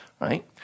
right